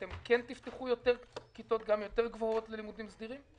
כן תפתחו כיתות גם יותר גבוהות ללימודים סדירים?